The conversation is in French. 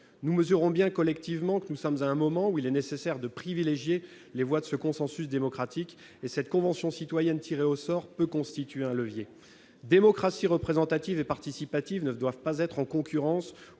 Nous mesurons bien, collectivement, que nous sommes à un moment où il est nécessaire de privilégier les voies d'un consensus démocratique. Pour ce faire, la Convention citoyenne, dont les membres sont tirés au sort, peut constituer un levier. Démocraties représentative et participative ne doivent pas être en concurrence